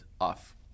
off